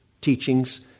Teachings